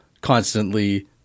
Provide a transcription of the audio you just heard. constantly